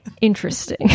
Interesting